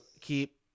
keep